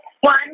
One